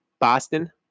Boston